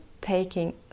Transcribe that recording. taking